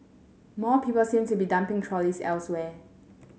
more people seem to be dumping trolleys elsewhere